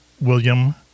William